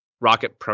rocket